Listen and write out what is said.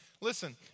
Listen